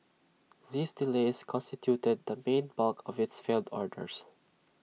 these delays constituted the main bulk of its failed orders